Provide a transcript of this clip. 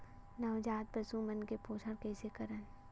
नवजात पशु मन के पोषण कइसे करन?